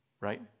right